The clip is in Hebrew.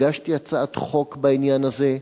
הגשתי הצעת חוק בעניין הזה,